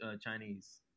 Chinese